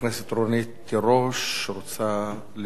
התשע"ב 2012,